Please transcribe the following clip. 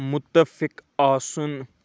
مُتَفِق آسُن